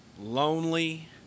lonely